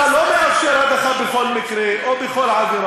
תגרמו לו להתפטר, ותפתרו את המבוכה הזאת.